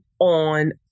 on